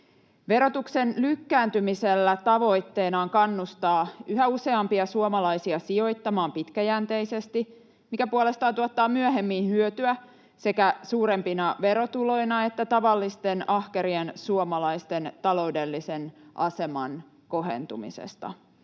Verotuksen lykkääntymisen tavoitteena on kannustaa yhä useampia suomalaisia sijoittamaan pitkäjänteisesti, mikä puolestaan tuottaa myöhemmin hyötyä sekä suurempina verotuloina että tavallisten, ahkerien suomalaisten taloudellisen aseman kohentumisena.